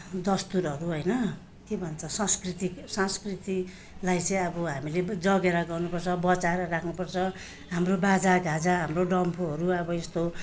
दस्तुरहरू होइन के भन्छ संस्कृति संस्कृतिलाई चाहिँ अब हामीले जागेडा गर्नु पर्छ बचाएर राख्नु पर्छ हाम्रो बाजा गाजा हाम्रो डम्फुहरू अब यस्तो